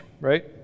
right